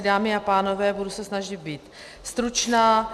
Dámy a pánové, budu se snažit být stručná.